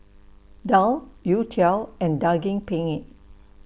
Daal Youtiao and Daging Penyet